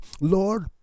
Lord